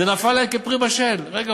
זה נפל להם כפרי בשל: רגע,